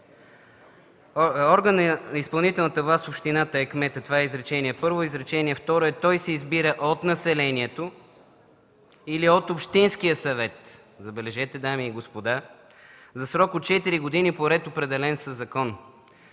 „Орган на изпълнителната власт в общината е кметът.”, а изречение второ е: „Той се избира от населението или от общинския съвет – забележете, дами и господа – за срок от четири години по ред, определен със закон”.